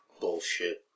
bullshit